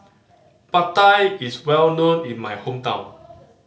Pad Thai is well known in my hometown